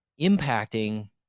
impacting